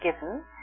given